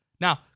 Now